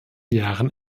jahren